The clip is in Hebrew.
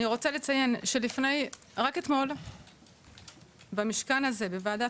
אני רוצה לציין שרק אתמול במשכן הזה בוועדת